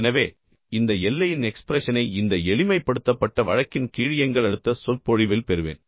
எனவே இந்த எல்லையின் எக்ஸ்பிரஷனை இந்த எளிமைப்படுத்தப்பட்ட வழக்கின் கீழ் எங்கள் அடுத்த சொற்பொழிவில் பெறுவேன்